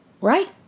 right